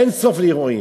אין סוף לאירועים.